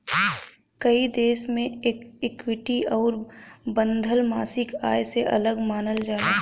कई देश मे एके इक्विटी आउर बंधल मासिक आय से अलग मानल जाला